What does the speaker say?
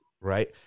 right